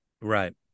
Right